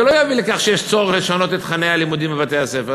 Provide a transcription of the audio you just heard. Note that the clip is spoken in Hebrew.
זה לא יוביל לכך שצריך לשנות את תוכני הלימודים בבתי-הספר.